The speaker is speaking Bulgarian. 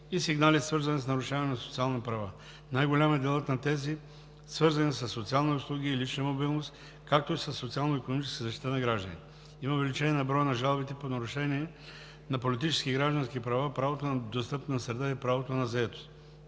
и сигнали, свързани с нарушаване на социални права. Най-голям е делът на тези, свързани със социални услуги и лична мобилност, както и със социално-икономическата защита на гражданите. Има увеличение на броя на жалбите по нарушение на политически и граждански права, правото на достъпна среда и правото на заетост.